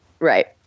Right